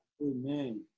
amen